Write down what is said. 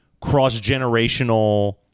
cross-generational